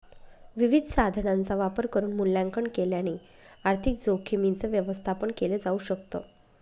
विविध साधनांचा वापर करून मूल्यांकन केल्याने आर्थिक जोखीमींच व्यवस्थापन केल जाऊ शकत